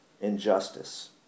injustice